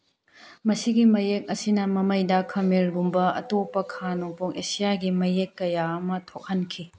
ꯃꯁꯤꯒꯤ ꯃꯌꯦꯛ ꯑꯁꯤꯅ ꯃꯃꯩꯗ ꯈꯃꯦꯔꯒꯨꯝꯕ ꯑꯇꯣꯞꯄ ꯈꯥ ꯅꯣꯡꯄꯣꯛ ꯑꯦꯁꯤꯌꯥꯒꯤ ꯃꯌꯦꯛ ꯀꯌꯥ ꯑꯃ ꯊꯣꯛꯍꯟꯈꯤ